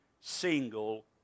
single